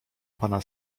pana